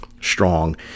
strong